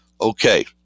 Okay